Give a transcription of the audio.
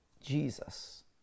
Jesus